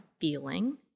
feeling